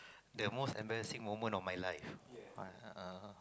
the most embarrassing moment of my life err